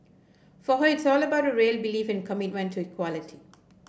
for her it's all about the real belief and commitment to equality